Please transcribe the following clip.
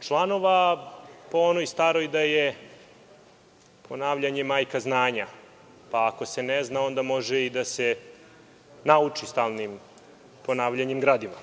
članova po onoj staroj da je ponavljanje majka znanja. Ako se ne zna, onda može i da se nauči stalnim ponavljanjem gradiva.